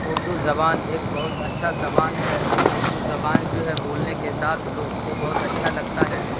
اردو زبان ایک بہت اچھا زبان ہے اردو زبان جو ہے بولنے کے ساتھ لوگوں کو بہت اچھا لگتا ہے